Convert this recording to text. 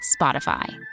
Spotify